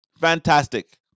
Fantastic